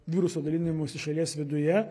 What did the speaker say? viruso dalinimosi šalies viduje